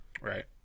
Right